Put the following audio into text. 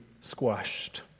squashed